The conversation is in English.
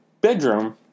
bedroom